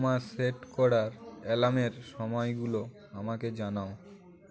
আমার সেট করার অ্যালার্মের সময়গুলো আমাকে জানাও